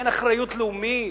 אין אחריות לאומית?